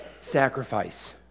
sacrifice